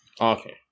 Okay